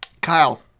kyle